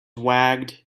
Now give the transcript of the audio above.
wagged